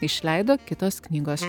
išleido kitos knygos